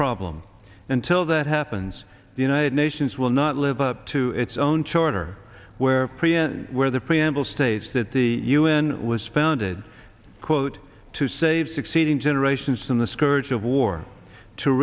problem until that happens the united nations will not live up to its own charter where were the preamble states that the un was founded quote to save succeeding generations from the scourge of war to